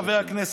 חברי הכנסת,